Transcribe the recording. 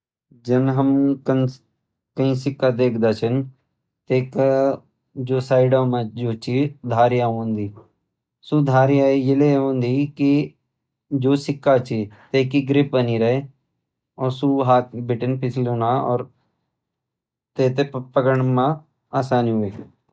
जन हम कई सिक्का देखद छन तै क जु साइडों म छ धारियां होंदी सु धारियां इलै होंदी जु सिक्का छ तै की ग्रिप बनी रै और सु हाथ बटिन फिसलु न और तै थे पकडना म आसानी हो।